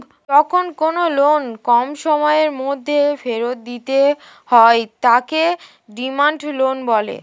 যখন কোনো লোন কম সময়ের মধ্যে ফেরত দিতে হয় তাকে ডিমান্ড লোন বলে